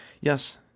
Yes